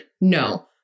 No